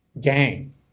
gang